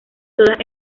todas